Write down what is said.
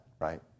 right